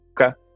Okay